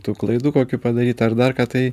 tų klaidų kokių padaryta ar dar ką tai